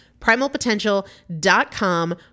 Primalpotential.com